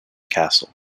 castle